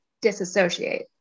disassociate